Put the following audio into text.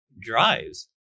drives